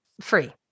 free